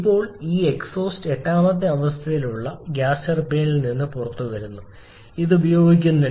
ഇപ്പോൾ ഈ എക്സോസ്റ്റ് എട്ടാമത്തെ അവസ്ഥയിലുള്ള ഗ്യാസ് ടർബൈനിൽ നിന്ന് പുറത്തുവരുന്നു ഇത് ഉപയോഗിക്കുന്നില്ല